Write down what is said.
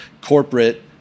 corporate